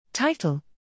Title